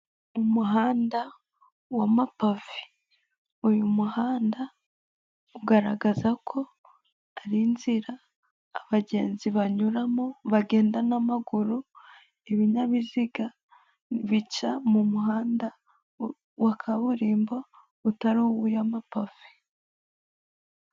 Umuhanda wa mapave, uyu muhanda ugaragaza ko ari inzira abagenzi banyuramo bagenda n'amaguru ibinyabiziga bica mu muhanda wa kaburimbo utari uyu w'amapave.